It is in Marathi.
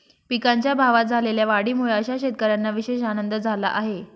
पिकांच्या भावात झालेल्या वाढीमुळे अशा शेतकऱ्यांना विशेष आनंद झाला आहे